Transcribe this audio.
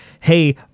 hey